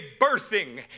birthing